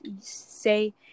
say